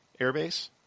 airbase